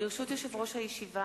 ברשות יושב-ראש הישיבה,